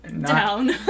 Down